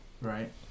right